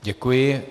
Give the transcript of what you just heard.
Děkuji.